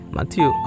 Matthew